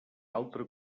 altre